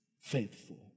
faithful